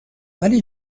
ولی